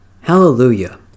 Hallelujah